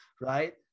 right